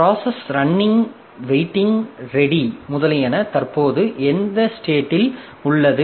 process running waiting ready முதலியன தற்போது எந்த ஸ்டேடில் உள்ளது